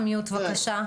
בבקשה.